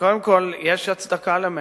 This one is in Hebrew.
קודם כול, יש הצדקה ל"מצ'ינג".